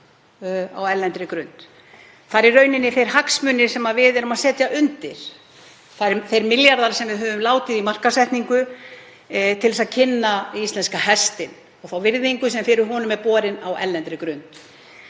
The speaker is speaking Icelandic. á erlendri grund. Það eru í rauninni þeir hagsmunir sem við erum að setja undir, þeir milljarðar sem við höfum látið í markaðssetningu til að kynna íslenska hestinn og þá virðingu sem fyrir honum er borin á erlendri grund.